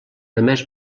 només